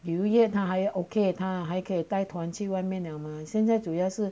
旅游业他还 okay 他还可以带团去外面嘛现在主要是